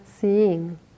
seeing